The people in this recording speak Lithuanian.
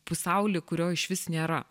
pasaulį kurio išvis nėra